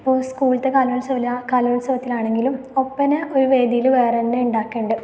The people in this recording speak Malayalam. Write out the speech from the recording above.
ഇപ്പോൾ സ്കൂളിലത്തെ കലോൽസവം ഇല്ലെ ആ കലോൽസവത്തിനാണെങ്കിലും ഒപ്പന ഒരു വേദിയിൽ വേറെ തന്നെ ഉണ്ടാകുന്നുണ്ട്